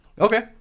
Okay